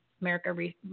America